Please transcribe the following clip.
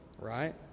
right